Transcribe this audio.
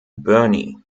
byrne